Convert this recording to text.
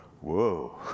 whoa